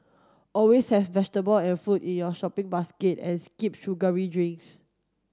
always has vegetable and fruit in your shopping basket and skip sugary drinks